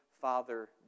father